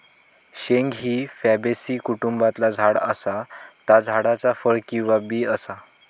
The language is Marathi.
शेंग ही फॅबेसी कुटुंबातला झाड असा ता झाडाचा फळ किंवा बी असा